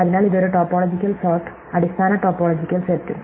അതിനാൽ ഇത് ഒരു ടോപ്പോളജിക്കൽ സോർട്ട് അടിസ്ഥാന ടോപ്പോളജിക് സെറ്റും